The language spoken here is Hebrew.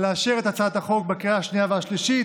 לאשר את הצעת החוק בקריאה השנייה והשלישית